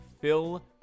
Phil